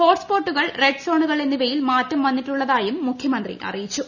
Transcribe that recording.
ഹോട്ട്സ്പോട്ടുകൾ റെഡ്സോണുകൾ എന്നിവയിൽ മാറ്റം വന്നിട്ടുള്ളതായും മുഖ്യമന്ത്രിക്ക്അറിയിച്ചു